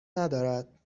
ندارد